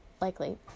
likely